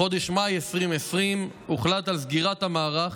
בחודש מאי 2020 הוחלט על סגירת המערך,